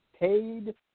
paid